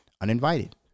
uninvited